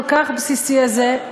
כל כך בסיסי הזה,